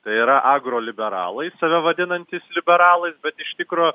tai yra agro liberalai save vadinantys liberalais bet iš tikro